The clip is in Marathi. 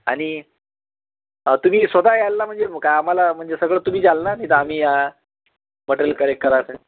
आणि तुम्ही स्वतः याल ना म्हणजे म की आम्हाला म्हणजे सगळं तुम्ही द्याल ना नाही तर आम्ही मटेरिल कलेक करायचं